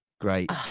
great